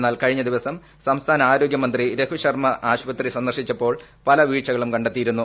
എന്നാൽ കഴിഞ്ഞ ദിവസം സംസ്ഥാന ആരോഗ്യമന്ത്രി രഘുശർമ്മ ആശുപത്രി സന്ദർശിച്ചപ്പോൾ പല വീഴ്ചകളും കണ്ടെത്തിയിരുന്നു